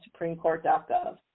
SupremeCourt.gov